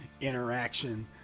interaction